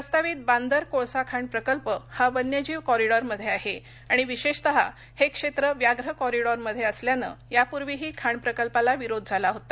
प्रस्तावित बांदर कोळसा खाण प्रकल्प हा वन्यजीव कॉरिडॉरमध्ये आहे आणि विशेषत हे क्षेत्र व्याघ्र कॉरिडॉरमध्ये असल्याने यापूर्वीही खाण प्रकल्पाला विरोध झाला होता